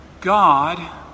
God